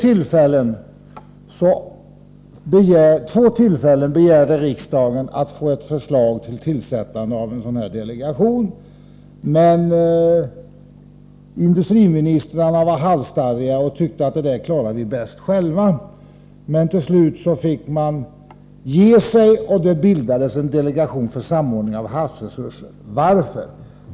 Vid två tillfällen begärde riksdagen att få ett förslag till tillsättande av en sådan delegation, men industriministrarna var halstarriga och tyckte att det där klarar de bäst själva. Till slut fick man ge sig, och det bildades en delegation för samordning av havsresursverksamheten. Varför?